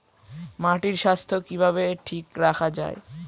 মাটির স্বাস্থ্য কিভাবে ঠিক রাখা যায়?